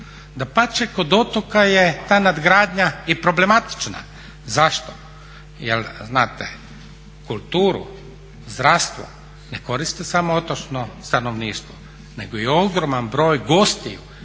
Dapače kod otoka je ta nadgradnja i problematična. Zašto? Jer znate kulturu, zdravstvo ne koriste samo otočno stanovništvo nego i ogroman broj gostiju